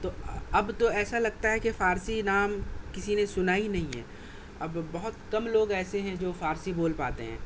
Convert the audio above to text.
تو آ اب تو ایسا لگتا ہے کہ فارسی نام کسی نے سُنا ہی نہیں ہے اب بہت کم لوگ ایسے ہیں فارسی بول پاتے ہیں